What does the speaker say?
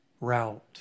route